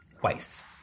Twice